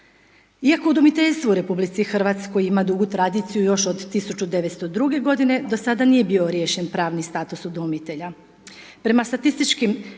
Iako udomiteljstvo u RH ima dugu tradiciju još od 1902. g., do sada nije bio riješen pravni status udomitelja.